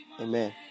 Amen